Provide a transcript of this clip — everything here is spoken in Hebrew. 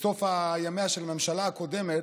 בסוף ימיה של הממשלה הקודמת,